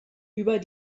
über